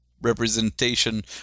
representation